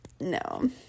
No